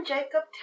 Jacob